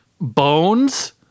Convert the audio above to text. bones